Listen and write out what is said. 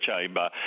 chamber